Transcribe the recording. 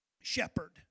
shepherd